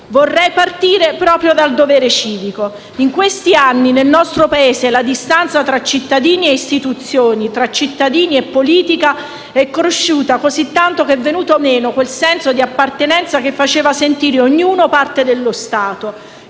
Vorrei partire proprio dal dovere civico. In questi anni nel nostro Paese la distanza tra cittadini e istituzioni, tra cittadini e politica è cresciuta così tanto che è venuto meno quel senso di appartenenza che faceva sentire ognuno parte dello Stato.